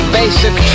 basic